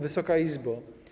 Wysoka Izbo!